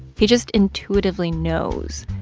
he just intuitively knows.